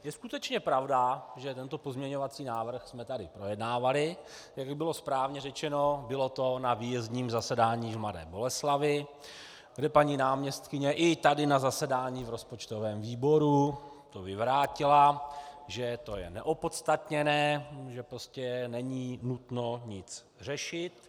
Je skutečně pravda, že tento pozměňovací návrh jsme tady projednávali, jak bylo správně řečeno, bylo to na výjezdním zasedání v Mladé Boleslavi, kde paní náměstkyně, i tady na zasedání v rozpočtovém výboru, to vyvrátila, že je to neopodstatněné, že není nutno nic řešit.